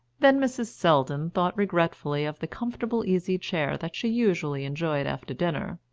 then mrs. selldon thought regretfully of the comfortable easy chair that she usually enjoyed after dinner,